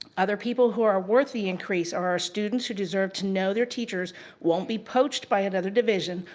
other people who are worth the increase are our students who deserve to know their teachers won't be poached by another division,